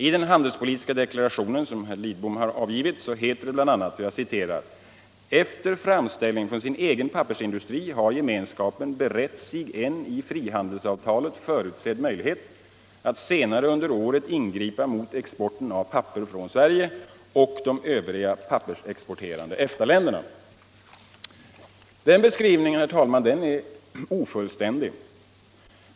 I den handelspolitiska deklaration som herr Lidbom nu avgivit heter det bl.a.: ”Efter framställning från sin egen papperindustri har Gemenskapen berett sig en i frihandelsavtalet förutsedd möjlighet att senare under året ingripa mot exporten av papper från Sverige och övriga pappersexporterande EFTA-länder”. Denna beskrivning av läget är ofullständig.